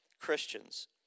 Christians